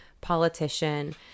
politician